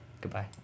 Goodbye